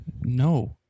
No